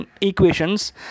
equations